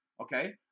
okay